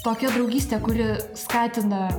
tokia draugystė kuri skatina